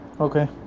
Okay